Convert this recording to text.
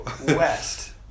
west